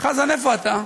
חזן, איפה אתה?